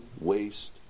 waste